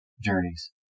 journeys